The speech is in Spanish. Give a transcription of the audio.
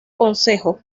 concejo